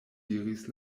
diris